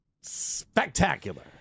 Spectacular